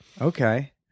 okay